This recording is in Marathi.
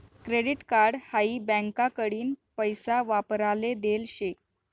क्रेडीट कार्ड हाई बँकाकडीन पैसा वापराले देल शे